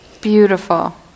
Beautiful